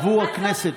עבור הכנסת,